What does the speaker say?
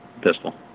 pistol